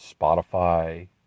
Spotify